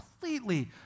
completely